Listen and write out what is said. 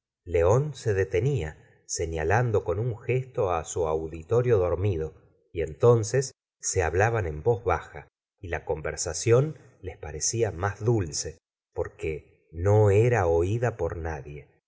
león se detenía señalando con un gesto su auditorio dormido y entonces se hablaban en voz baja y la conversación les parecía más dulce porque no era oída por nadie